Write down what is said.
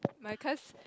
my cause